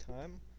time